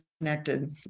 connected